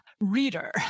reader